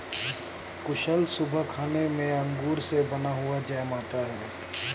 कुशल सुबह खाने में अंगूर से बना हुआ जैम खाता है